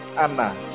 Anna